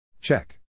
Check